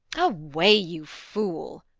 away, you fool!